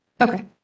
okay